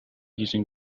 using